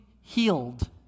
healed